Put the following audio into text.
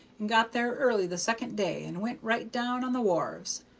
and got there early the second day, and went right down on the wharves.